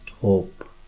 hope